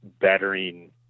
bettering